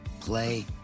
play